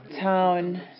town